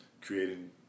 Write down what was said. creating